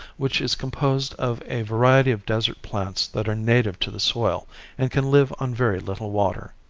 which is composed of a variety of desert plants that are native to the soil and can live on very little water.